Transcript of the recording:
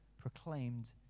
proclaimed